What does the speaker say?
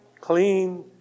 clean